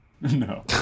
No